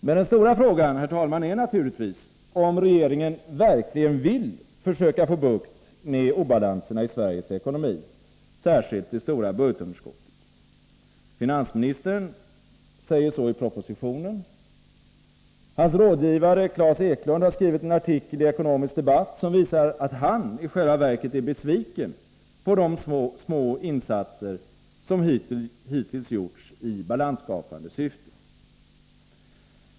Men den stora frågan är naturligtvis, herr talman, om regeringen verkligen vill försöka få bukt med obalanserna i Sveriges ekonomi, särskilt det stora budgetunderskottet. Finansministern säger så i propositionen. Hans rådgivare Klas Eklund har skrivit en artikel i Ekonomisk Debatt som visar att han i själva verket är besviken på de små insatser som hittills gjorts i balansskapande syfte.